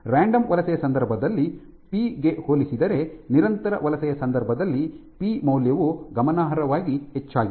random ವಲಸೆಯ ಸಂದರ್ಭದಲ್ಲಿ P ಗೆ ಹೋಲಿಸಿದರೆ ನಿರಂತರ ವಲಸೆಯ ಸಂದರ್ಭದಲ್ಲಿ ಪಿ ಮೌಲ್ಯವು ಗಮನಾರ್ಹವಾಗಿ ಹೆಚ್ಚಾಗಿದೆ